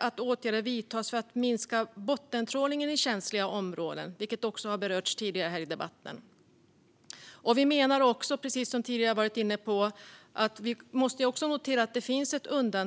att åtgärder vidtas för att minska bottentrålningen i känsliga områden, vilket också har berörts tidigare i debatten. Vi måste också notera, som tidigare talare har varit inne på, att det enligt förvaltningsplanen